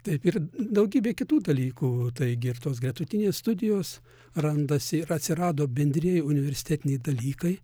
taip ir daugybė kitų dalykų taigi ir tos gretutinės studijos randasi ir atsirado bendrieji universitetiniai dalykai